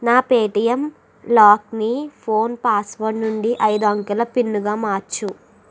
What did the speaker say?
నా Paytm lock ని phone password నుండి ఐదు అంకెల పిన్ గా మార్చు